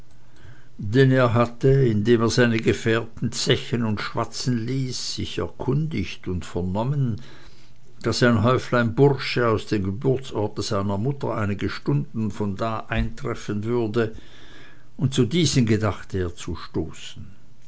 denn er hatte indem er seine gefährten zechen und schwatzen ließ sich erkundigt und vernommen daß ein häuflein bursche aus dem geburtsorte seiner mutter einige stunden von da eintreffen würde und zu diesen gedachte er zu stoßen